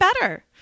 better